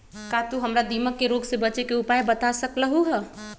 का तू हमरा दीमक के रोग से बचे के उपाय बता सकलु ह?